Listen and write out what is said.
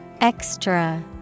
Extra